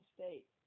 State